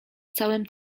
całym